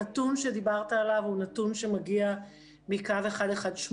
הנתון שדיברת עליו הוא נתון שמגיע מקו 118,